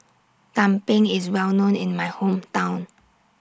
Tumpeng IS Well known in My Hometown